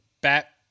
bat